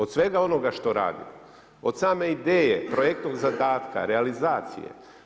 Od svega onoga što radimo, od same ideje, projektnog zadatka, realizacije.